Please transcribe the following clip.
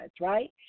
right